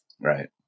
right